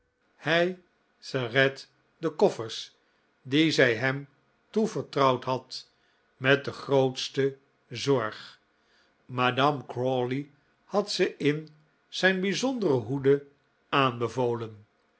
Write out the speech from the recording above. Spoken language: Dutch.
hij served de koffers die zij hem toevertrouwd had met de grootste zorg madame crawley had ze in zijn bijzondere hoede aanbevolen